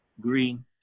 green